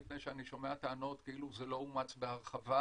מפני שאני שומע טענות כאילו שזה לא אומץ בהרחבה.